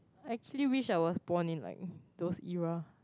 actually wish I was born in like those era